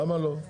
למה לא?